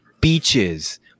Beaches